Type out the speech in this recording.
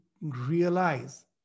realize